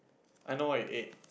I know what you ate